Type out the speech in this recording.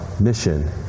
mission